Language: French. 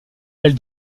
elle